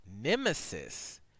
nemesis